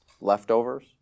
leftovers